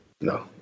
No